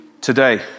today